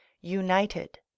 UNITED